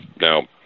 Now